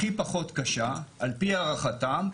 הכי פחות קשה על פי הערכתם,